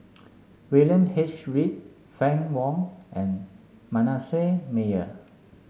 William H Read Fann Wong and Manasseh Meyer